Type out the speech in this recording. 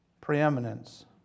preeminence